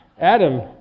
Adam